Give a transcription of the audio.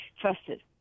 trusted